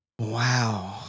Wow